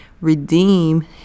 redeem